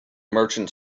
merchant